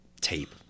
tape